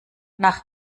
nach